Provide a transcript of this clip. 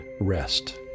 rest